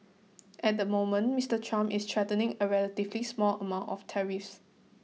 at the moment Mister Trump is threatening a relatively small amounts of tariffs